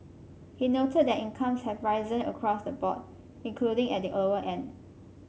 he noted that incomes have risen across the board including at the lower end